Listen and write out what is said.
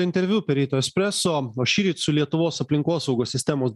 interviu per ryto espreso o šįryt su lietuvos aplinkosaugos sistemos